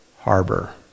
harbor